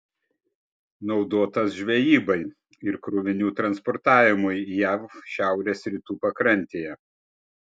naudotas žvejybai ir krovinių transportavimui jav šiaurės rytų pakrantėje